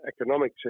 economic